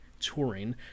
touring